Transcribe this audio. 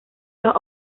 los